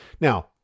now